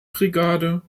brigade